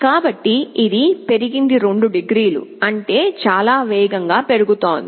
కాబట్టి ఇది పెరిగింది 2 డిగ్రీలు అంటే చాలా వేగంగా పెరుగుతుంది